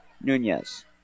Nunez